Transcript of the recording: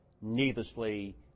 needlessly